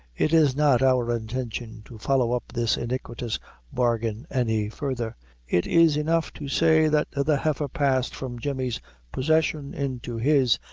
it is not our intention to follow up this iniquitous bargain any further it is enough to say that the heifer passed from jemmy's possession into his,